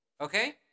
Okay